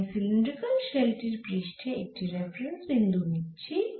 আমি cylindrical shell টির পৃষ্ঠে একটি রেফারেন্স বিন্দু নিচ্ছি